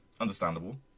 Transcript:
understandable